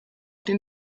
den